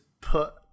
put